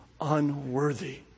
unworthy